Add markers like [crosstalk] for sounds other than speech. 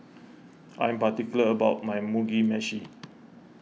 [noise] I'm particular about my Mugi Meshi